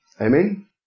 Amen